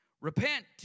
Repent